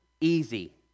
easy